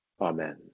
Amen